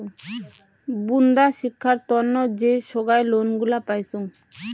বুন্দা শিক্ষার তন্ন যে সোগায় লোন গুলা পাইচুঙ